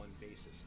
basis